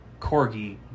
Corgi